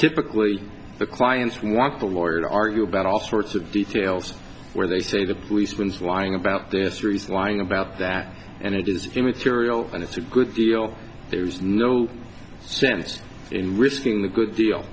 typically the clients want to lord argue about all sorts of details where they say the policeman is lying about their histories lying about that and it is immaterial and it's a good deal there's no sense in risking the good deal